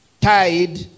tied